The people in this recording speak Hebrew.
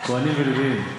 כוהנים ולוויים.